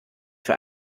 für